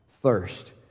thirst